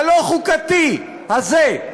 הלא-חוקתי הזה,